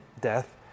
death